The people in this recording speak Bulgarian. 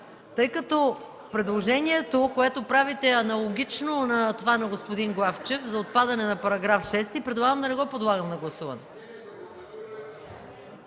тъй като предложението, което правите, е аналогично на това на господин Главчев – отпадане на § 6, предлагам да не го подлагам на гласуване.